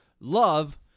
love